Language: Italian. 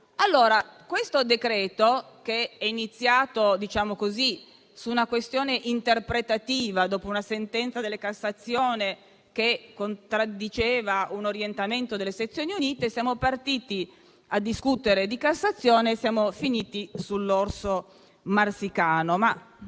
questo decreto-legge, che è iniziato su una questione interpretativa - per così dire - dopo una sentenza della Corte di cassazione che contraddiceva un orientamento delle sezioni unite, siamo partiti a discutere di Cassazione e siamo finiti sull'orso marsicano;